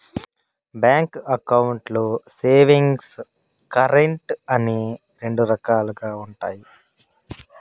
bank అకౌంట్లు savings, current అని రెండు రకాలుగా ఉంటాయి